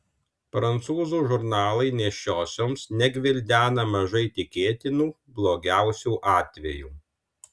prancūzų žurnalai nėščiosioms negvildena mažai tikėtinų blogiausių atvejų